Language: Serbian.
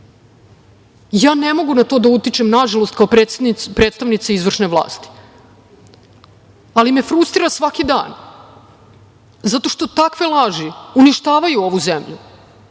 Ja ne mogu na to da utičem, nažalost, kao predstavnica izvršne vlasti. Ali, me frustrira svaki dan zato što takve laži uništavaju ovu zemlju,